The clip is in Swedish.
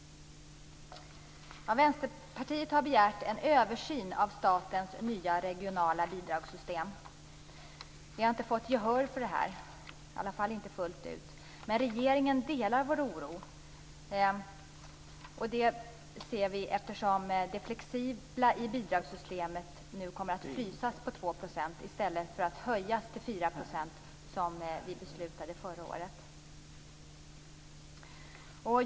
Vänsterpartiet har begärt en översyn av statens nya regionala bidragssystem. Vi har inte fått gehör för det här, i alla fall inte fullt ut. Regeringen delar ändå vår oro. Det visar sig genom att det flexibla i bidragssystemet nu kommer att frysas på 2 % i stället för att höjas till 4 %, som vi beslutade förra året.